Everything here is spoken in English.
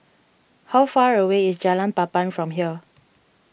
how far away is Jalan Papan from here